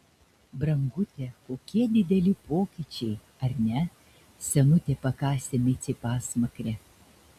brangute kokie dideli pokyčiai ar ne senutė pakasė micei pasmakrę